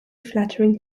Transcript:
flattering